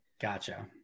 Gotcha